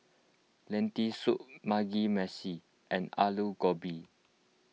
Lentil Soup Mugi Meshi and Alu Gobi